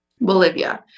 Bolivia